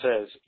says